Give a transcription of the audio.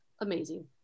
amazing